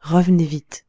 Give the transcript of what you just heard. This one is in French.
revenez vite